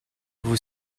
vous